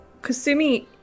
Kasumi